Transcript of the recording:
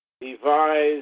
devised